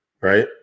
Right